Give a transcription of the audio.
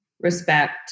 respect